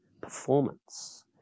performance